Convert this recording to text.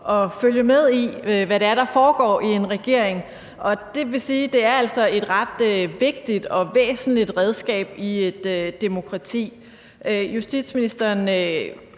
at følge med i, hvad det er, der foregår i en regering, og det vil altså sige, at det er et ret vigtigt og væsentligt redskab i et demokrati.